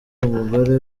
umugore